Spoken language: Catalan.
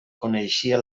coneixia